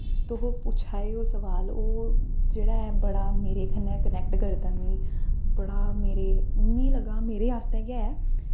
ते जेह्ड़ा तुस पुच्छा दे ओ सवाल जेह्ड़ा बड़ा मेरे कन्नै कनैक्ट करदा बड़ा मेरे मीं लगा दा मेरे आस्तै गै ऐ